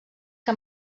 que